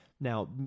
now